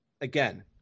again